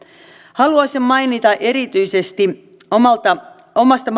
haluaisin mainita erityisesti omasta